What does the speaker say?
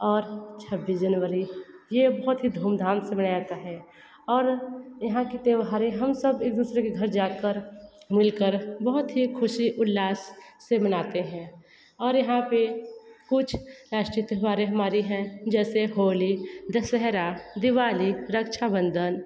और छबीस जनवरी यह बहुत ही धूमधाम से मनाया जाता है और यहाँ की त्यौहारें हम सब एक दूसरे के घर जाकर मिलकर बहुत ही खुशी उल्लास से मनाते हैं और यहाँ पर कुछ राष्ट्रीय त्यौहारें हमारी हैं जैसे होली दशहरा दिवाली रक्षाबंधन